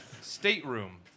stateroom